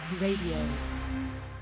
Radio